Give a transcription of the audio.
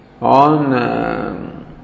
on